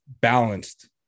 balanced